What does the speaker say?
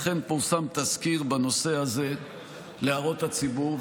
אכן פורסם תזכיר בנושא הזה להערות הציבור.